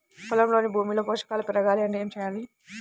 పొలంలోని భూమిలో పోషకాలు పెరగాలి అంటే ఏం చేయాలి?